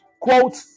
quote